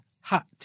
hot